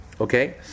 okay